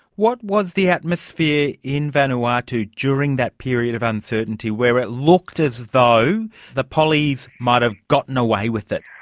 what was the atmosphere in vanuatu during that period of uncertainty where it looked as though the pollies might have gotten away with it?